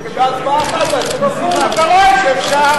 במה, ובהצבעה אחת, נו, אתה רואה שאפשר.